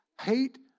hate